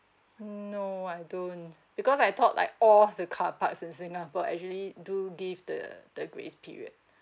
mm no I don't because I thought like all of the carparks in singapore actually do give the the grace period